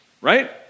right